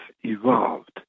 evolved